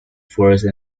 force